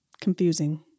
Confusing